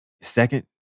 second